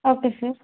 okay sir